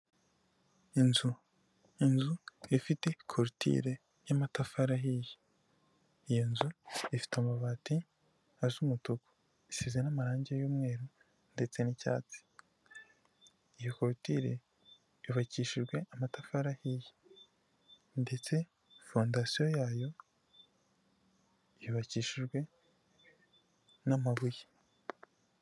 Inzu, inzu ifite korotire y'amatafari ahiye, iyi nzu ifite amabati asa umutuku, isize n'amarangi y'mweru, ndetse n'icyatsi, iyo korotire yubakishijwe amatafari ahiye, ndetse fondasiyo yayo yubakishijwe n'amabuye.